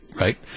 right